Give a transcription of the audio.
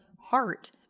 heart